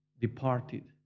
departed